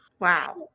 Wow